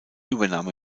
übernahm